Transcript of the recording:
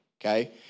okay